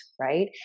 Right